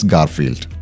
Garfield